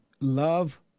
love